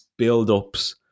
buildups